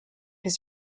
his